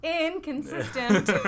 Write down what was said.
inconsistent